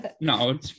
no